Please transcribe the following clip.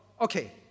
okay